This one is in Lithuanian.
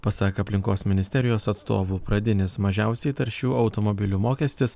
pasak aplinkos ministerijos atstovų pradinis mažiausiai taršių automobilių mokestis